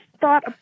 thought